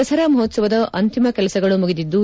ದಸರಾ ಮಹೋತ್ಲವದ ಅಂತಿಮ ಕೆಲಸಗಳು ಮುಗಿದಿದ್ದು